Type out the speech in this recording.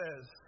says